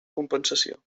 compensació